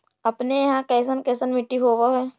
अपने यहाँ कैसन कैसन मिट्टी होब है?